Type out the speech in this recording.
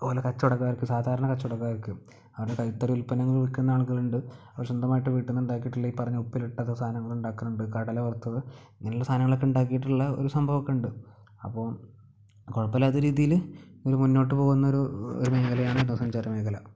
ഓല് കച്ചവടക്കാർക്ക് സാധാരണ കച്ചവടക്കാർക്ക് അത് കൈത്തറി ഉത്പന്നങ്ങൾ വിൽക്കുന്ന ആളുകള് ഉണ്ട് പക്ഷെ സ്വന്തമായിട്ട് വീട്ടിൽ നിന്നുണ്ടാക്കിയിട്ടുള്ള ഈ പറഞ്ഞ ഉപ്പിലിട്ട സാധനങ്ങളിണ്ടാക്കണ്ണ്ട് കടലവറുത്തത് ഇങ്ങനെയുള്ള സാധനങ്ങളൊക്കെ ഇണ്ടാക്കിയിട്ടുള്ള ഒരു സംഭവമൊക്കെയുണ്ട് അപ്പം കുഴപ്പമിലാത്ത രീതിയില് ഇത് മുന്നോട്ടുപോകുന്നൊരു ഒരു മേഖലയാണ് വിനോദ സഞ്ചാരമേഖല